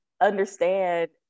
understand